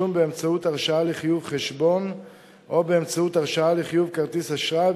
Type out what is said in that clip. בתשלום באמצעות הרשאה לחיוב חשבון או באמצעות הרשאה לחיוב כרטיס אשראי,